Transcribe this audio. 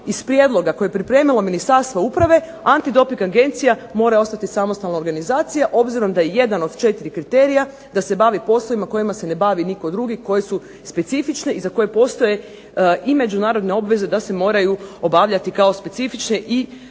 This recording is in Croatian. iz prijedloga koje je pripremilo Ministarstvo uprave antidoping agencija mora ostati samostalna organizacija, obzirom da je jedan od četiri kriterija da se bavi poslovima kojima se ne bavi nitko drugi, koji su specifični i za koje postoje i međunarodne obveze da se moraju obavljati kao specifične i